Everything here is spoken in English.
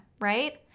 right